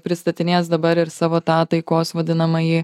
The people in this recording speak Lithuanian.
pristatinės dabar ir savo tą taikos vadinamąjį